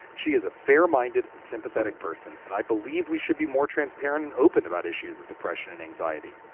she is a fair minded and sympathetic person and i believe we should be more transparent and open about issues of depression and anxiety.